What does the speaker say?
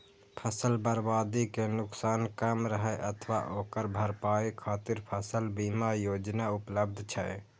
फसल बर्बादी के नुकसान कम करै अथवा ओकर भरपाई खातिर फसल बीमा योजना उपलब्ध छै